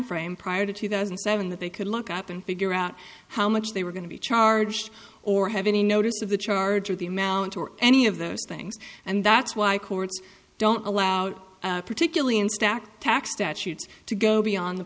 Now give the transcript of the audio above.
frame prior to two thousand and seven that they could look up and figure out how much they were going to be charged or have any notice of the charge or the amount or any of those things and that's why i courts don't allow out particularly in stack tax statutes to go beyond the